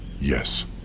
Yes